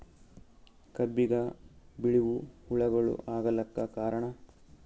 ಕಬ್ಬಿಗ ಬಿಳಿವು ಹುಳಾಗಳು ಆಗಲಕ್ಕ ಕಾರಣ?